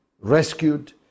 rescued